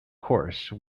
course